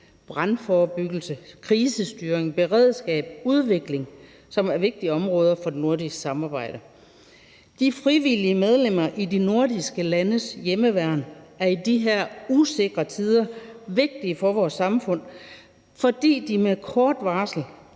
brandforebyggelse, krisestyring, beredskab og udvikling, som er vigtige områder for det nordiske samarbejde. De frivillige medlemmer i de nordiske landes hjemmeværn er i de her usikre tider vigtige for vores samfund, fordi de med kort varsel